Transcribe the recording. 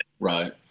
Right